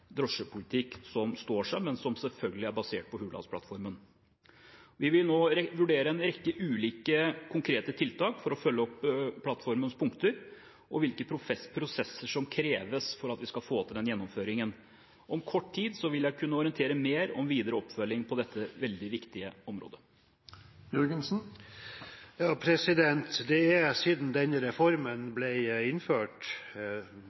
drosjepolitikk som står seg, men som selvfølgelig er basert på Hurdalsplattformen. Vi vil nå vurdere en rekke ulike konkrete tiltak for å følge opp plattformens punkter og hvilke prosesser som kreves for at vi skal få til den gjennomføringen. Om kort tid vil jeg kunne orientere mer om videre oppfølging på dette veldig viktige området.